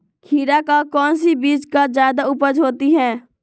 खीरा का कौन सी बीज का जयादा उपज होती है?